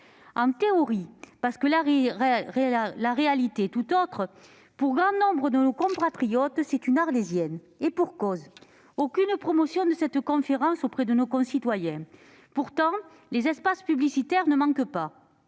En théorie ... parce que la réalité est tout autre ! Pour grand nombre de nos compatriotes, c'est une Arlésienne ; et pour cause : aucune promotion de cette conférence n'est faite auprès d'eux. Pourtant, les espaces publicitaires ne manquent pas.